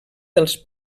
dels